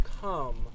come